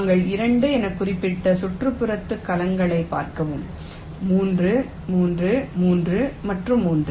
நீங்கள் 2 எனக் குறிக்கப்பட்ட சுற்றுப்புறத்து கலங்களைப் பார்கவும் 3 3 3 மற்றும் 3